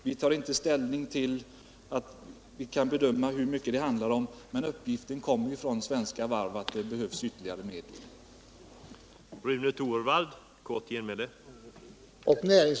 Vi kan inte bedöma hur mycket det handlar om, men uppgiften att det behövs ytterligare medel kommer som sagt från Svenska Varv.